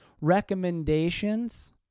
Recommendations